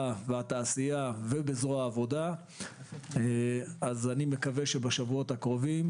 והתעשייה ובזרוע העבודה אני מקווה שבשבועות הקרובים,